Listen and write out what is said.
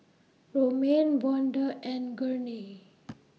Romaine Vonda and Gurney